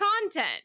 content